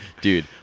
dude